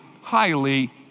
highly